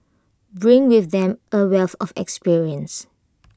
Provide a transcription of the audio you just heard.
bring with them A wealth of experience